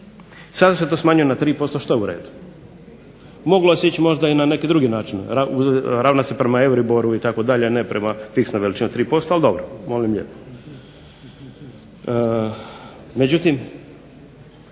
Sada se to smanjuje na 3% što je u redu. Moglo se možda ići i na neke druge načine, ravna se prema …/Govornik se ne razumije./… itd. a ne prema fiksnoj veličini od 3% ali dobro. Molim lijepo. Međutim,